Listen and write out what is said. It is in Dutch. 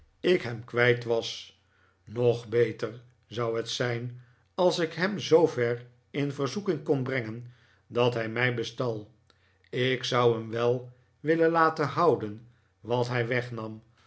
ik hem kwijt was nog beter zou het zijn als ik hem zoover in verzoeking kon brengen dat hij mij bestal ik zou hem wel willen laten houden wat hij wegnam